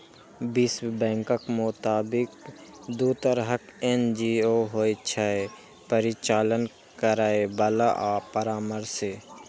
विश्व बैंकक मोताबिक, दू तरहक एन.जी.ओ होइ छै, परिचालन करैबला आ परामर्शी